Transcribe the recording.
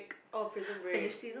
oh Prison Break